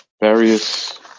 various